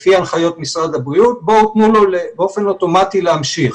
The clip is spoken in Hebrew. לפי הנחיות משרד הבריאות בואו תנו לו באופן אוטומטי להמשיך.